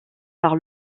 par